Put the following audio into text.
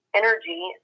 energy